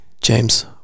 James